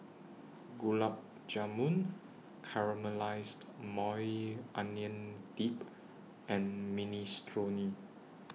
Gulab Jamun Caramelized Maui Onion Dip and Minestrone